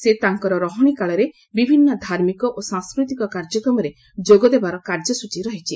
ସେ ତାଙ୍କର ରହଣୀ କାଳରେ ବିଭିନ୍ନ ଧାର୍ମିକ ଓ ସାଂସ୍କୃତିକ କାର୍ଯ୍ୟକ୍ରମରେ ଯୋଗଦେବାର କାର୍ଯ୍ୟସୂଚୀ ରହିଛି